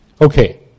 Okay